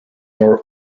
are